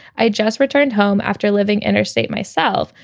i just returned home after living interstate myself,